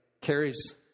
carries